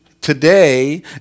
today